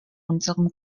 unserem